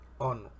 On